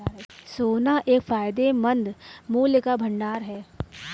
सोना एक फायदेमंद मूल्य का भंडार है